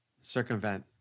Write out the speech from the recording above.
circumvent